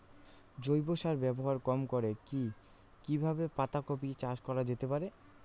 জৈব সার ব্যবহার কম করে কি কিভাবে পাতা কপি চাষ করা যেতে পারে?